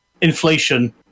inflation